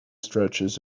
stretches